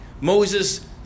Moses